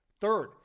third